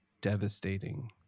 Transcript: devastating